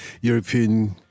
European